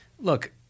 look